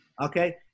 okay